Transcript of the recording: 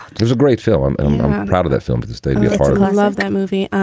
there's a great film out of that film to this day i love that movie.